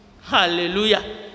hallelujah